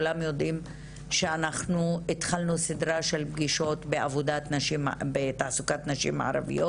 כולם יודעים שאנחנו התחלנו סדרה של פגישות בתעסוקת נשים ערביות.